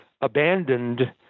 abandoned